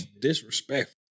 Disrespectful